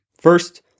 First